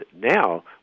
now